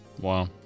Wow